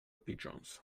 pigeons